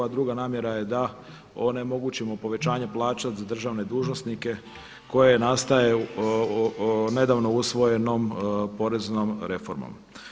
A druga namjera je da onemogućimo povećanje plaća za državne dužnosnike koje nastaje nedavno usvojenom poreznom reformom.